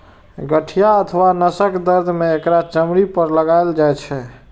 गठिया अथवा नसक दर्द मे एकरा चमड़ी पर लगाएल जाइ छै